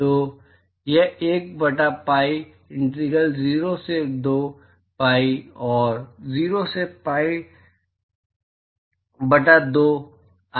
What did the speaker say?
तो वह 1 बटा पीआई इंटीग्रल 0 से 2 पीआई 0 से पीआई बटा 2 आई लैम्ब्डा ई है